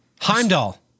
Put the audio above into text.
Heimdall